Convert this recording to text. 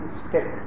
step